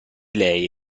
lei